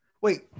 Wait